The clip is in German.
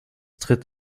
tritt